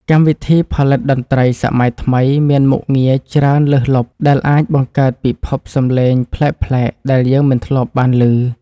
កម្មវិធីផលិតតន្ត្រីសម័យថ្មីមានមុខងារច្រើនលើសលប់ដែលអាចបង្កើតពិភពសំឡេងប្លែកៗដែលយើងមិនធ្លាប់បានឮ។